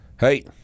Hey